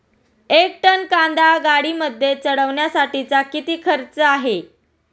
एक टन कांदा गाडीमध्ये चढवण्यासाठीचा किती खर्च आहे?